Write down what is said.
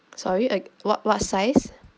sorry uh what what size